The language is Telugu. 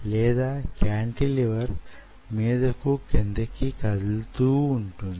లేదా కాంటి లివర్ మీదకు క్రిందకు కదులుతూ ఉంటుంది